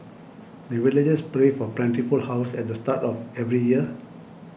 the villagers pray for plentiful harvest at the start of every year